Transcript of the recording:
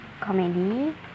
comedy